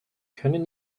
können